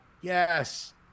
Yes